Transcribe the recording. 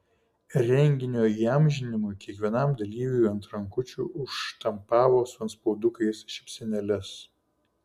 renginio įamžinimui kiekvienam dalyviui ant rankučių užštampavo su antspaudukais šypsenėles